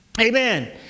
Amen